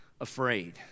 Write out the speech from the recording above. afraid